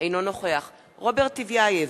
אינו נוכח רוברט טיבייב,